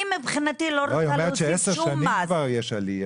אני מבחינתי לא רוצה להוסיף שום מס.